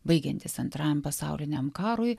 baigiantis antrajam pasauliniam karui